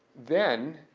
then,